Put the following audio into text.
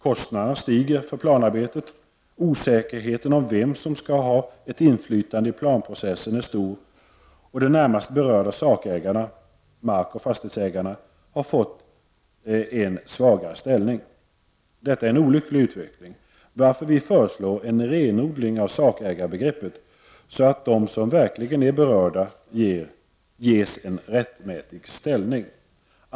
Kostnaderna stiger för planarbetet, osäkerheten om vem som skall ha ett inflytande i planprocessen är stor och de närmast berörda sakägarna — markeller fastighetsägarna — har fått en svagare ställning. Detta är en olycklig utveckling, varför vi föreslår en renodling av sakägarbegreppet, så att de som verkligen är berörda ges en rättmätig ställning.